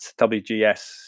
WGS